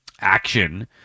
action